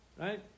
Right